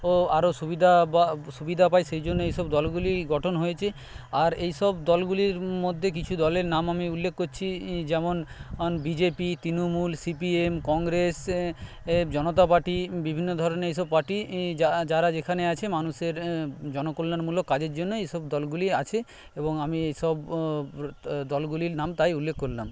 ও আরও সুবিধা বা সুবিধা পায় সেইজন্য এইসব দলগুলি গঠন হয়েছে আর এইসব দলগুলির মধ্যে কিছু দলের নাম আমি উল্লেখ করছি যেমন BJP Trinamool CPM Congress Janata party বিভিন্ন ধরনের এইসব পার্টি যারা যেখানে আছে মানুষের জনকল্যানমূলক কাজের জন্য এইসব দলগুলি আছে এবং আমি এইসব দলগুলির নাম তাই উল্লেখ করলাম